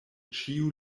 ĉiu